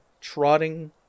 trotting